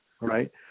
right